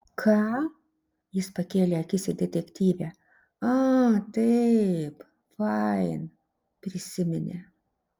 ką jis pakėlė akis į detektyvę a taip fain prisiminė